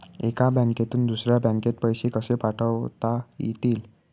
एका बँकेतून दुसऱ्या बँकेत पैसे कसे पाठवता येतील?